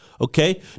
okay